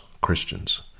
Christians